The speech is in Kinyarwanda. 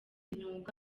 imyuga